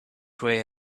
way